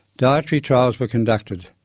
dietary trials were conducted.